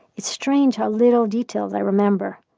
it's strange how little details i remember.